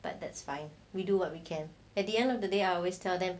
but that's fine we do what we can at the end of the day I always tell them